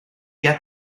get